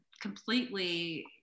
completely